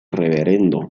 rev